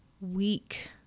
weak